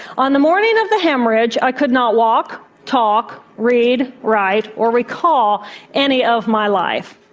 on the morning of the haemorrhage, i could not walk, talk, read, write or recall any of my life.